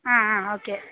ఆ ఆ ఓకే